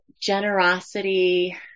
generosity